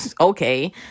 Okay